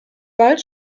bald